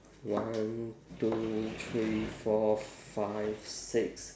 one two three four five six